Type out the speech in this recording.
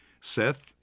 Seth